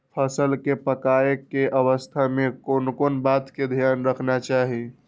फसल के पाकैय के अवस्था में कोन कोन बात के ध्यान रखना चाही?